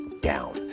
down